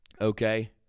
okay